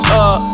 up